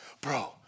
bro